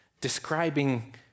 describing